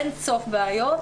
אין סוף בעיות,